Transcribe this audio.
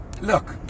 look